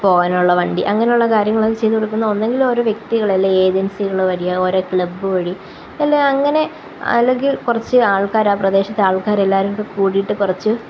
പോകാനുള്ള വണ്ടി അങ്ങനെ ഉള്ള കാര്യങ്ങള് ചെയ്തു കൊടുക്കുന്ന ഒന്നെങ്കില് ഓരോ വ്യക്തികള് അല്ലേൽ എജെന്സികള് വലിയ ഓരോ ക്ലബ്ബുവഴി അല്ലേൽ അങ്ങനെ അല്ലെങ്കില് കുറച്ച് ആള്ക്കാര് ആ പ്രദേശത്തെ ആള്ക്കാര് എല്ലാവരും കൂടി കൂടിയിട്ട് കുറച്ച്